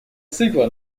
цикла